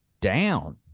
down